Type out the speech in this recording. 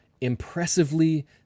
impressively